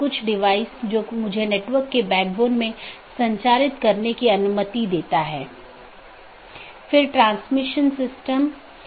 AS number जो network के माध्यम से मार्ग का वर्णन करता है एक BGP पड़ोसी अपने साथियों को पाथ के बारे में बताता है